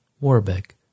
Warbeck